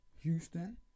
Houston